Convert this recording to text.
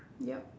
yup